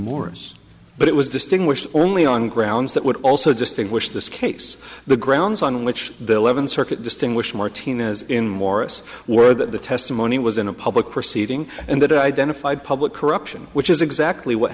morris but it was distinguished only on grounds that would also distinguish this case the grounds on which the eleventh circuit distinguished martina's in morris word that the testimony was in a public proceeding and that it identified public corruption which is exactly what